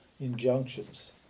injunctions